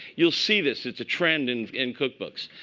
you'll see this. it's a trend and in cookbooks.